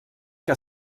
que